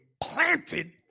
planted